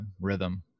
rhythm